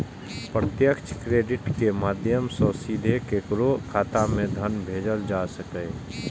प्रत्यक्ष क्रेडिट के माध्यम सं सीधे केकरो खाता मे धन भेजल जा सकैए